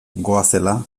goazela